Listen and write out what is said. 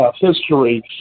History